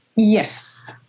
Yes